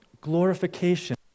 glorification